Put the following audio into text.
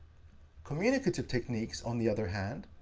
communicative techniques, on the other hand,